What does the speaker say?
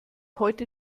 heute